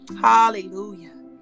Hallelujah